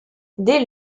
dès